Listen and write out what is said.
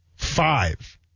Five